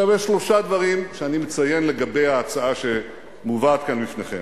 יש שלושה דברים שאני מציין לגבי ההצעה שמובאת כאן בפניכם.